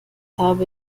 habe